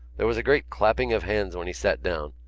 there was a great clapping of hands when he sat down.